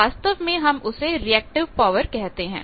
वास्तव में हम उसे रिएक्टिव पॉवर कहते हैं